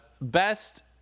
best